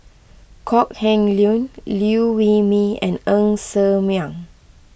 Kok Heng Leun Liew Wee Mee and Ng Ser Miang